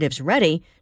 ready